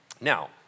now